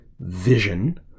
vision